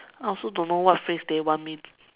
I also don't know what phrase they want me to